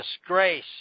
disgrace